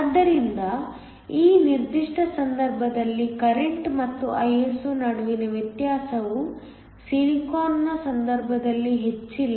ಆದ್ದರಿಂದ ಈ ನಿರ್ದಿಷ್ಟ ಸಂದರ್ಭದಲ್ಲಿ ಕರೆಂಟ್ಮತ್ತು Iso ನಡುವಿನ ವ್ಯತ್ಯಾಸವು ಸಿಲಿಕಾನ್ನ ಸಂದರ್ಭದಲ್ಲಿ ಹೆಚ್ಚಿಲ್ಲ